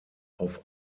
auf